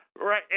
right